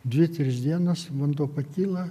dvi trys dienos vanduo pakyla